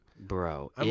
Bro